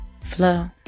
flow